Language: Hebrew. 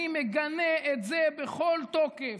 אני מגנה את זה בכל תוקף.